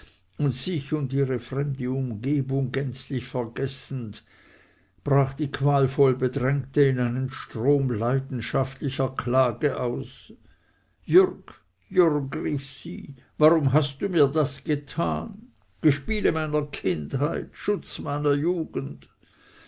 und sich und ihre fremde umgebung gänzlich vergessend brach die qualvoll bedrängte in einen strom leidenschaftlicher klage aus jürg jürg rief sie warum hast du mir das getan gespiele meiner kindheit schutz meiner jugend